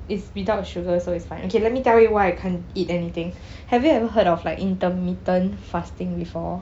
it's without sugar so it's fine okay let me tell you why I can't eat anything have you ever heard of like intermittent fasting before